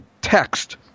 text